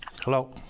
Hello